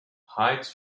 hides